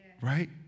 Right